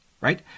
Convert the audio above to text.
right